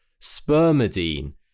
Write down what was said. spermidine